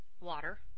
water